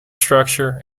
structure